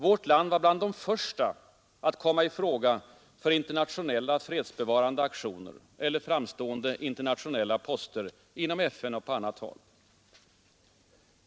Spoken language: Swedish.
Vårt land var bland de första att komma i fråga för internationella fredsbevarande aktioner eller framstående internationella poster inom FN och på andra håll.